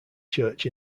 church